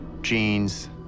jeans